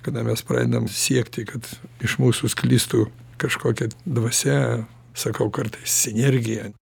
kada mes pradedam siekti kad iš mūsų sklistų kažkokia dvasia sakau kartais sinergija